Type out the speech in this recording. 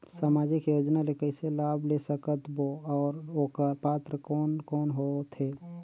समाजिक योजना ले कइसे लाभ ले सकत बो और ओकर पात्र कोन कोन हो थे?